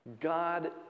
God